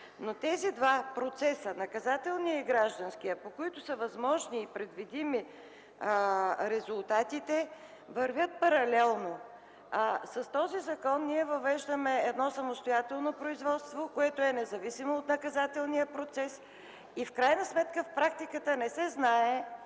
Тези два процеса – наказателният и гражданският, по които са възможни и предвидими резултатите, вървят паралелно. С този закон въвеждаме едно самостоятелно производство, което е независимо от наказателния процес, тъй като в практиката не се знае